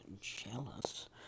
jealous